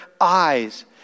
eyes